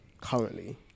currently